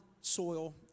soil